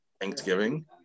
Thanksgiving